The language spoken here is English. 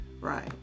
Right